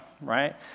right